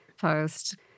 post